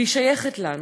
והיא שייכת לנו.